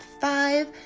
five